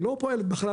היא לא פועלת בחלל,